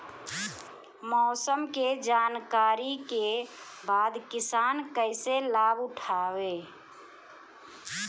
मौसम के जानकरी के बाद किसान कैसे लाभ उठाएं?